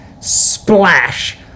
splash